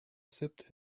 sipped